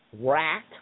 rat